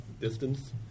distance